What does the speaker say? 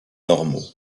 normaux